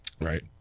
Right